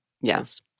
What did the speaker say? Yes